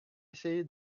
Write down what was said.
essayé